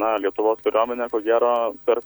na lietuvos kariuomenė ko gero per